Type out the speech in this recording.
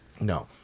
No